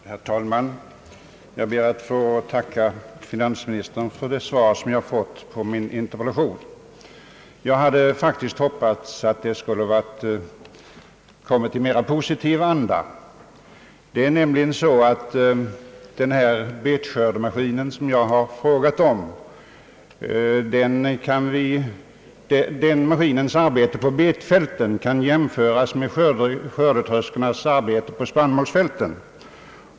Herr talman! Jag ber att få tacka finansministern för det svar som jag har fått på min interpellation. Jag hade faktiskt hoppats, att svaret skulle ha tillkommit i mera positiv anda. Betskördemaskinens arbete på betfälten kan nämligen jämföras med skördetröskans arbete på spannmålsfälten.